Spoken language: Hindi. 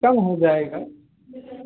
कम हो जाएगा